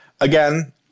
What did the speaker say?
Again